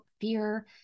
fear